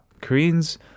Koreans